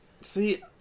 See